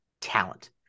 talent